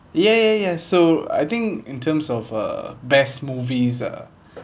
ya ya ya so I think in terms of uh best movies uh